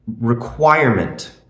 requirement